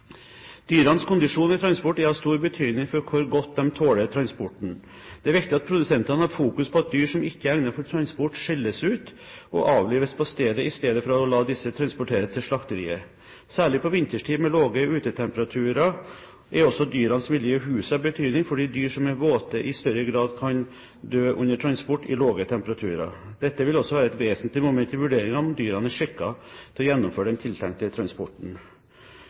Dyrenes kondisjon ved transport er av stor betydning for hvor godt de tåler transporten. Det er viktig at produsentene har fokus på at dyr som ikke er egnet for transport, skilles ut og avlives på stedet, i stedet for å la disse transporteres til slakteriet. Særlig på vinterstid med lave utetemperaturer er også dyrenes miljø i huset av betydning, fordi dyr som er våte, i større grad kan dø under transport ved lave temperaturer. Dette vil også være et vesentlig moment i vurderingen av om dyrene er skikket til å gjennomføre den tiltenkte transporten.